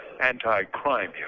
anti-crime